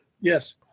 Yes